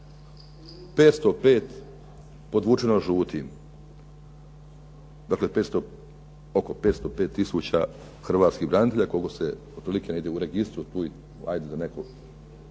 505 podvučeno žutim. Dakle, oko 505 tisuća hrvatskih branitelja, koliko se u registru tu ajde za neku